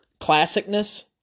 classicness